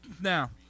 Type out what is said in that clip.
Now